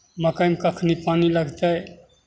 मक्कइमे कखनि पानि लगतै